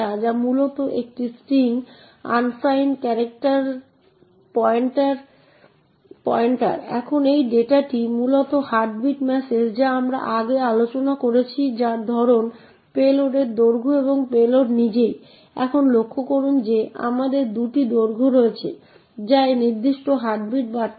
note করুন যে এখানে user string ছাড়াও printf এর জন্য আমাদের কোনো আর্গুমেন্ট নির্দিষ্ট করতে হবে না